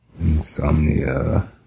Insomnia